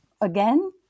again